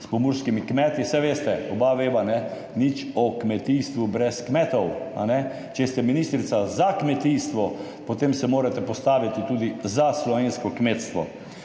s pomurskimi kmeti, saj veste, oba veva, nič o kmetijstvu brez kmetov. Če ste ministrica za kmetijstvo, potem se morate postaviti tudi za slovensko kmetstvo.